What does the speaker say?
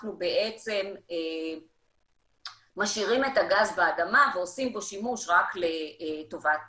בעצם משאירים את הגז באדמה ועושים בו שימוש רק לטובת